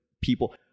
people